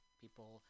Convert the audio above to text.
people